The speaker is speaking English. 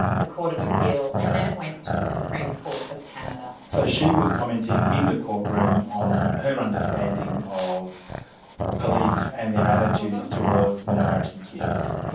the court of appeal, and then it went to the supreme court of canada. so she was commenting in the courtroom on her understanding of police and their attitudes towards minority kids.